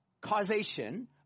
causation